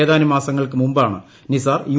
ഏതാനും മാസങ്ങൾക്ക് മുമ്പാണ് നിസാർ യു